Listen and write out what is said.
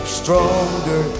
stronger